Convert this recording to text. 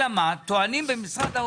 יהיה עד גיל 18. אלה מה, טוענים במשרד האוצר,